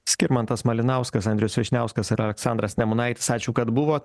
skirmantas malinauskas andrius vyšniauskas ir aleksandras nemunaitis ačiū kad buvo